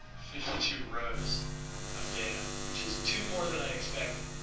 fifty two rows of data, which is two more than i expected.